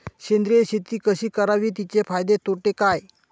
सेंद्रिय शेती कशी करावी? तिचे फायदे तोटे काय?